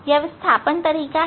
यह विस्थापन तरीका है